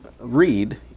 read